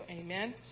Amen